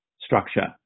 structure